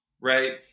right